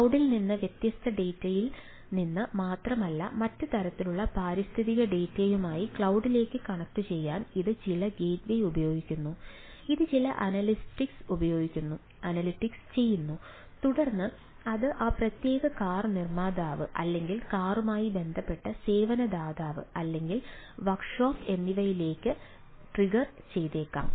ക്ലൌഡിൽ നിന്ന് വ്യത്യസ്ത ഡാറ്റയിൽ നിന്ന് മാത്രമല്ല മറ്റ് തരത്തിലുള്ള പാരിസ്ഥിതിക ഡാറ്റയുമായി ക്ലൌഡിലേക്ക് കണക്റ്റുചെയ്യാൻ ഇത് ചില ഗേറ്റ്വേ ഉപയോഗിക്കുന്നു ഇത് ചില അനലിറ്റിക്സ് ചെയ്യുന്നു തുടർന്ന് അത് ആ പ്രത്യേക കാർ നിർമ്മാതാവ് അല്ലെങ്കിൽ കാറുമായി ബന്ധപ്പെട്ട സേവന ദാതാവ് അല്ലെങ്കിൽ വർക്ക് ഷോപ്പ് എന്നിവയിലേക്ക് ട്രിഗർ ചെയ്തേക്കാം